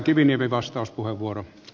arvoisa puhemies